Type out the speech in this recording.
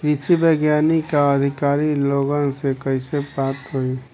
कृषि वैज्ञानिक या अधिकारी लोगन से कैसे बात होई?